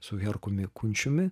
su herkumi kunčiumi